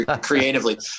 creatively